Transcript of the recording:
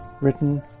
written